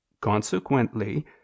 Consequently